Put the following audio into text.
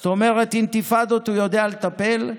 זאת אומרת, באינתיפאדות הוא יודע לטפל,